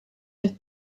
have